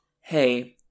Hey